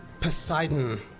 Poseidon